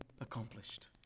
accomplished